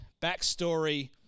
backstory